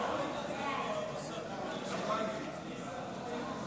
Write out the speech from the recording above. לוועדת הבריאות נתקבלה.